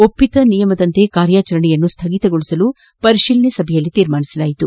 ಒಪ್ಪಿಕ ನಿಯಮದಂತೆ ಕಾರ್ಯಾಚರಣೆಯನ್ನು ಸ್ಟಗಿತಗೊಳಿಸಲು ಪರಿಶೀಲನಾ ಸಭೆಯಲ್ಲಿ ತೀರ್ಮಾನಿಸಲಾಯಿತು